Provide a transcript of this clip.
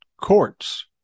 courts